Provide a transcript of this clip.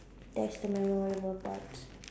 that's the memorable parts